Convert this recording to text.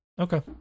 Okay